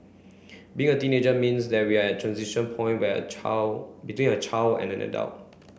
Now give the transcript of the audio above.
being a teenager means that we're a transition point where a child between a child and an adult